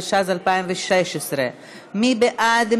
התשע"ז 2016. מי בעד?